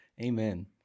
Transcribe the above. Amen